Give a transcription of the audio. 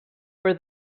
for